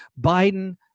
Biden